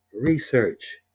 research